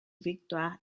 victoire